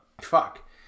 Fuck